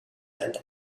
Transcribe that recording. and